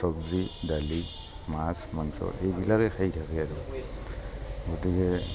চবজি দালি মাছ মাংস এইবিলাকে খাই থাকে আৰু গতিকে